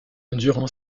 durant